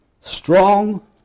Strong